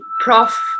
Prof